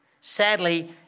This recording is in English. Sadly